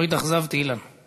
לא התאכזבתי, אילן.